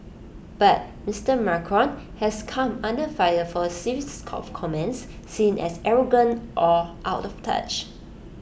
but Mister Macron has come under fire for A series of comments seen as arrogant or out of touch